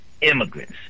immigrants